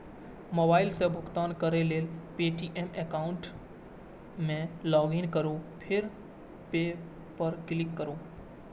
mobile सं भुगतान करै लेल पे.टी.एम एकाउंट मे लॉगइन करू फेर पे पर क्लिक करू